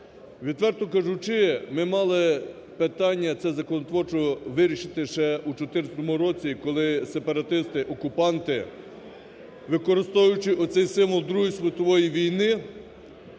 Відверто кажучи, ми мали питання це законотворчо вирішити ще у 2014 році, коли сепаратисти-окупанти, використовуючи оцей символ Другої світової війни,